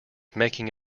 making